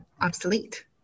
obsolete